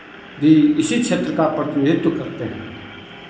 भी इसी क्षेत्र का प्रतिनिधित्व करते हैं